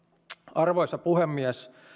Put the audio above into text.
arvoisa puhemies